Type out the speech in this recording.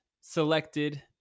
selected